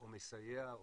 או מסייע,